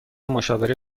مشاوره